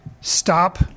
stop